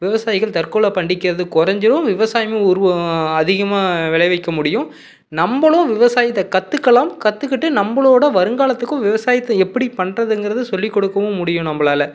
விவசாயிகள் தற்கொலை பண்ணிக்கிறது குறஞ்சிரும் விவசாயமும் உருவா அதிகமாக விளைவிக்க முடியும் நம்மளும் விவசாயத்தைக் கற்றுக்கலாம் கற்றுக்கிட்டு நம்மளோட வருங்காலத்துக்கும் விவசாயத்தை எப்படிப் பண்ணுறதுங்கிறது சொல்லிக் கொடுக்கவும் முடியும் நம்மளால